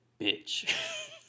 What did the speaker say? bitch